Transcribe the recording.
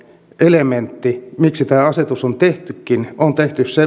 elementeistä miksi tämä asetus on tehtykin tämä on tehty